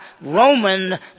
Roman